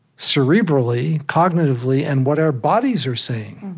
cerebrally, cognitively, and what our bodies are saying.